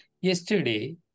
Yesterday